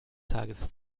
tages